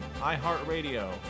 iHeartRadio